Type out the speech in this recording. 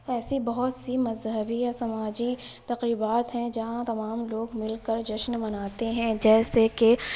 ایسی بہت سی مذہبی یا سماجی تقریبات ہیں جہاں تمام لوگ مل کر جشن مناتے ہیں جیسے کہ